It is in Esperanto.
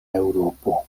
eŭropo